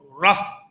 rough